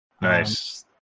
nice